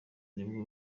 nibwo